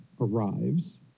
arrives